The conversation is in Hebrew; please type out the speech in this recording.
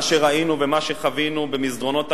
מה שראינו ומה שחווינו במסדרונות הכנסת,